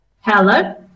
hello